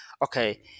Okay